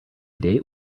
date